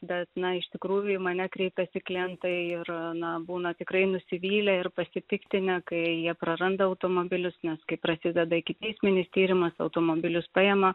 bet na iš tikrųjų į mane kreipiasi klientai ir na būna tikrai nusivylę ir pasipiktinę kai jie praranda automobilius nes kai prasideda ikiteisminis tyrimas automobilius paima